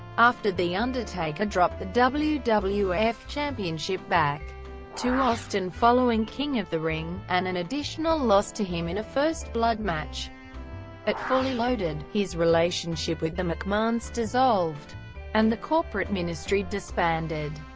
after the undertaker dropped the wwf wwf championship back to austin following king of the ring, and an additional loss to him in a first blood match at fully loaded, his relationship with the mcmahons dissolved and the corporate ministry disbanded.